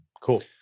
Cool